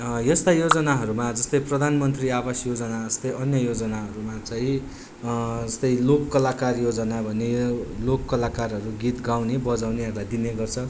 यस्ता योजनाहरूमा जस्तै प्रधानमन्त्री आवास योजना जस्तै अन्य योजनाहरूमा चाहिँ जस्तै लोक कलाकार योजना भन्ने लोक कलाकारहरू गीत गाउने बजाउनेहरूलाई दिने गर्छ